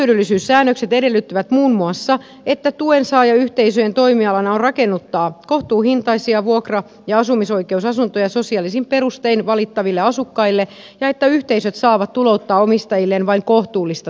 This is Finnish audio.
yleishyödyllisyyssäännökset edellyttävät muun muassa että tuensaajayhteisöjen toimialana on rakennuttaa kohtuuhintaisia vuokra ja asumisoikeusasuntoja sosiaalisin perustein valittaville asukkaille ja että yhteisöt saavat tulouttaa omistajilleen vain kohtuullista tuottoa